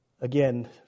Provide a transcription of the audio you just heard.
Again